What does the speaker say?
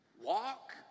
Walk